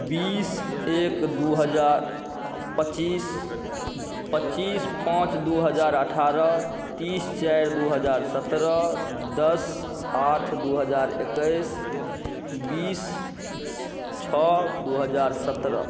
बीस एक दुइ हजार पचीस पचीस पाँच दुइ हजार अठारह तीस चारि दुइ हजार सतरह दस आठ दुइ हजार एकैस बीस छओ दुइ हजार सतरह